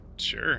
Sure